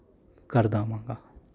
ਕਰ ਦਵਾਂਗਾ